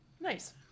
Nice